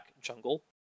jungle